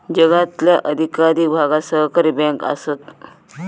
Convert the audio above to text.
जगातल्या अधिकाधिक भागात सहकारी बँका आसत